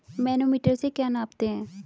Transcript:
Manometer से क्या नापते हैं?